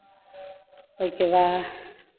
ओई के बाद